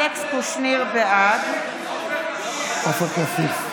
בעד עופר כסיף.